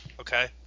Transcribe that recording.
Okay